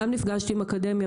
נפגשתי גם עם האקדמיה,